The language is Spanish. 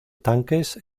tanques